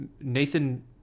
Nathan